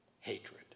hatred